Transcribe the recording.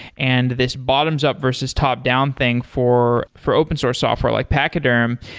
and this bottoms up versus top-down thing for for open source software like pachyderm,